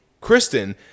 Kristen